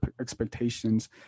expectations